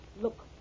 look